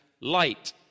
light